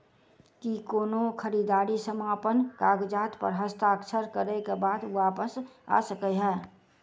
की कोनो खरीददारी समापन कागजात प हस्ताक्षर करे केँ बाद वापस आ सकै है?